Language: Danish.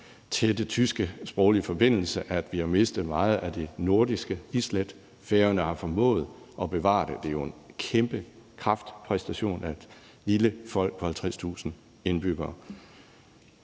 tætte tyske sproglige forbindelse, at vi har mistet meget af det nordiske islæt. Færøerne har formået at bevare det. Det er jo en kæmpe kraftpræstation af et lille folk på 50.000 indbyggere.